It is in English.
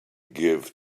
give